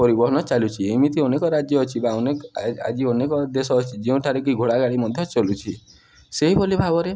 ପରିବହନ ଚାଲୁଛି ଏମିତି ଅନେକ ରାଜ୍ୟ ଅଛି ବା ଅନେକ ଆଜି ଅନେକ ଦେଶ ଅଛି ଯେଉଁଠାରେ କି ଘୋଡ଼ା ଗାଡ଼ି ମଧ୍ୟ ଚାଲୁଛି ସେହିଭଳି ଭାବରେ